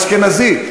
הוא אשכנזי.